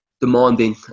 demanding